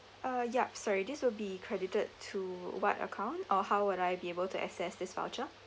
uh yup sorry this will be credited to what account or how would I be able to access this voucher